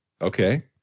Okay